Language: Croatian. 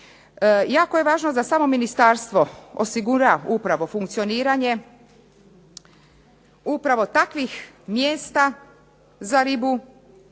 Jako je važno da samo ministarstvo osigura upravo funkcioniranje, upravo takvih mjesta za ribu,